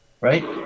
Right